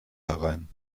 herein